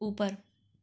ऊपर